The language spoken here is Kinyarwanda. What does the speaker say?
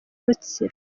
rutsiro